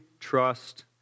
Trust